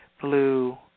blue